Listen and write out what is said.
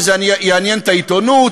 שזה יעניין את העיתונות,